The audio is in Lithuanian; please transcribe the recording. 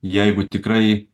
jeigu tikrai